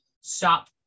stop